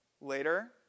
Later